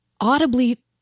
audibly